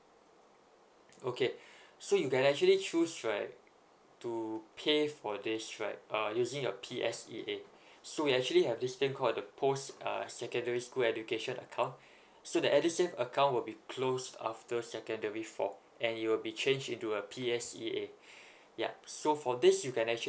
okay so you can actually choose right to pay for this right uh using your P_S_E_A so we actually have this thing called the post uh secondary school education account so the edison account will be closed after secondary four and it'll be changed into a P_S_E_A yup so for this you can actually